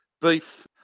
Beef